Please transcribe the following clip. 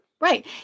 Right